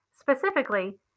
Specifically